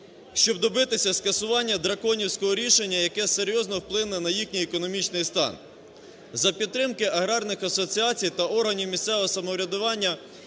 щоб добитися скасування драконівського рішення, яке серйозно вплине на їхній економічний стан. За підтримки аграрних асоціацій та органів місцевого самоврядування